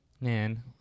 Man